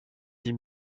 dix